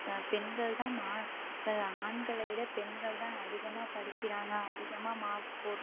ச பெண்கள் தான் மா இப்போ ஆண்களை விட பெண்கள் தான் அதிகமாக படிக்கிறாங்க அதிகமா மார்க் ஸ்கோர்